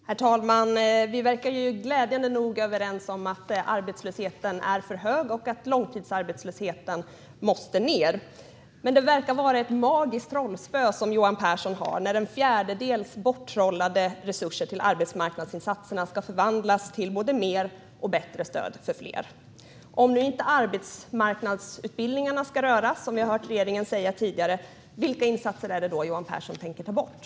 Herr talman! Vi verkar glädjande nog vara överens om att arbetslösheten är för hög och att långtidsarbetslösheten måste ned. Men det verkar vara ett magiskt trollspö som Johan Pehrson har när en fjärdedels borttrollade resurser till arbetsmarknadsinsatserna ska förvandlas till både mer och bättre stöd för fler. Om nu inte arbetsmarknadsutbildningarna ska röras, som vi har hört regeringen säga tidigare, vilka insatser är det då Johan Pehrson tänker ta bort?